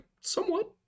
Somewhat